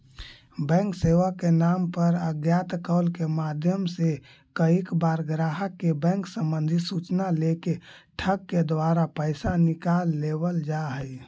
bank सेवा के नाम पर अज्ञात कॉल के माध्यम से कईक बार ग्राहक के बैंक संबंधी सूचना लेके ठग के द्वारा पैसा निकाल लेवल जा हइ